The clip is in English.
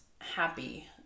happy